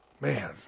Man